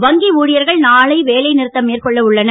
வங்கி ஊழியர்கள் நாளை வேலைநிறுத்தம் மேற்கொள்ள உள்ளனர்